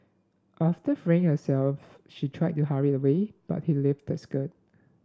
after freeing herself she tried to hurry away but he lifted her skirt